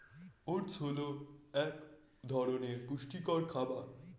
oats হল এক ধরনের পুষ্টিকর খাবার